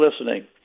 listening